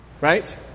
Right